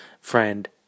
friend